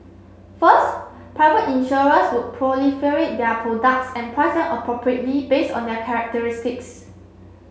first private insurers would proliferate their products and price them appropriately based on their characteristics